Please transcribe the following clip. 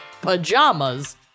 pajamas